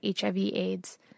HIV-AIDS